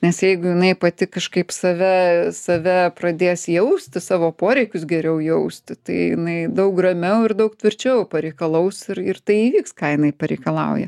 nes jeigu jinai pati kažkaip save save pradės jausti savo poreikius geriau jausti tai jinai daug ramiau ir daug tvirčiau pareikalaus ir ir tai įvyks ką jinai pareikalauja